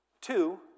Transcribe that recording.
Two